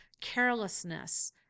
carelessness